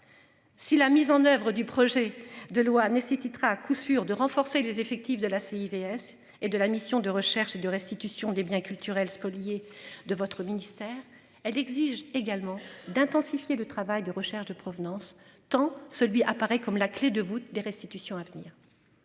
Si la mise en oeuvre du projet de loi nécessitera à coup sûr de renforcer les effectifs de la. Et de la mission de recherche et de restitution des biens culturels spoliés de votre ministère. Elle exige également d'intensifier le travail de recherche de provenance tant celui apparaît comme la clé de voûte des restitutions à venir.